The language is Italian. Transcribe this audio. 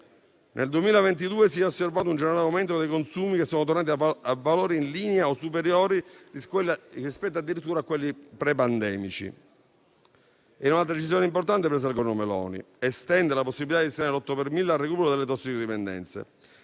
Nel 2022 si è osservato un generale aumento dei consumi, che sono tornati a valori in linea o superiori rispetto addirittura a quelli prepandemici. Un'altra decisione importante presa dal Governo Meloni è quella di estendere la possibilità di destinare l'8 per mille al recupero delle tossicodipendenze